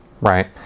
right